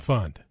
Fund